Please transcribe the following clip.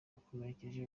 yakomerekeje